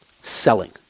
selling